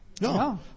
No